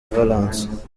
valence